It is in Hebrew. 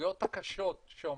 האפשרויות הקשות שעומדות